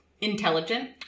intelligent